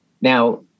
Now